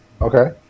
Okay